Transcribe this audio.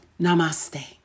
Namaste